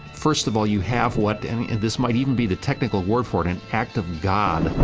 first of all, you have what and this might even be the technical word for it an act of god.